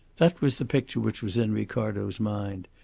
that was the picture which was in ricardo's mind,